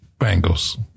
Bengals